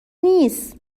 نیست